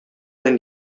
可能